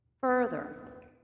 Further